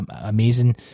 amazing